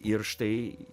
ir štai